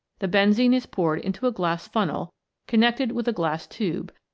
the benzene is poured into a glass funnel connected with a glass tube,